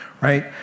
Right